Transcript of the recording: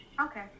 Okay